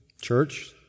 church